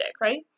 right